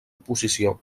oposició